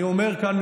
אני אומר כאן,